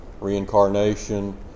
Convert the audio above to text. reincarnation